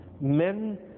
men